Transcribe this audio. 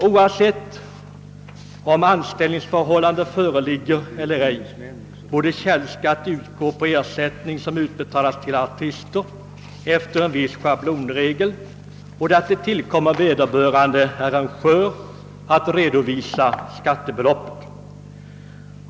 Oavsett om anställningsförhållande föreligger eller inte borde källskatt efter en viss schablonregel avdragas från ersättning till artister och det tillkomma vederbörande arrangör att redovisa skattebeloppet.